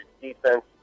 defense